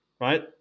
right